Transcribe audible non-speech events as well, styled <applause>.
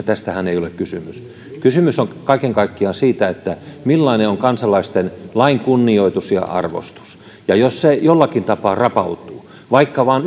<unintelligible> tästähän ei käytännössä ole kysymys kysymys on kaiken kaikkiaan siitä millainen on kansalaisten lain kunnioitus ja arvostus ja jos se jollakin tapaa rapautuu vaikka vain <unintelligible>